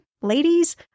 ladies